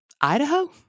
Idaho